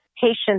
patients